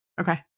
Okay